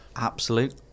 Absolute